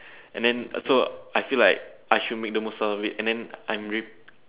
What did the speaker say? and then also I feel like I should make most of it and then angry